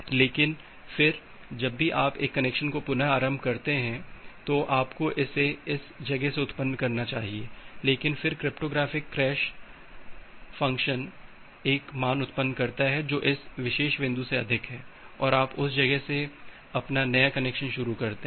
लेकिन फिर जब भी आप एक कनेक्शन को पुनः आरंभ करते हैं तो आपको इसे इस जगह से उत्पन्न करना चाहिए लेकिन फिर क्रिप्टोग्राफ़िक हैश फ़ंक्शन एक और मान उत्पन्न करता है जो इस विशेष बिंदु से अधिक है और आप उस जगह से अपना नया कनेक्शन शुरू करते हैं